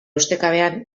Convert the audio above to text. ustekabean